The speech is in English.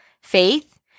faith